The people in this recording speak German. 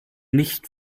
nicht